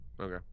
Okay